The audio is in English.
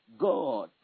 God